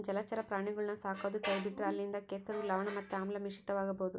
ಜಲಚರ ಪ್ರಾಣಿಗುಳ್ನ ಸಾಕದೊ ಕೈಬಿಟ್ರ ಅಲ್ಲಿಂದ ಕೆಸರು, ಲವಣ ಮತ್ತೆ ಆಮ್ಲ ಮಿಶ್ರಿತವಾಗಬೊದು